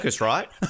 right